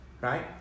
right